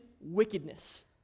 wickedness